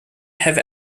have